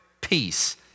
peace